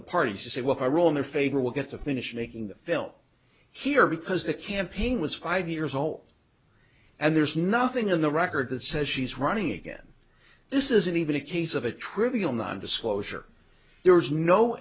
the parties to say well i will in a favor we'll get to finish making the film here because the campaign was five years old and there's nothing in the record that says she's running again this isn't even a case of a trivial non disclosure there is no